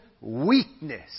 weakness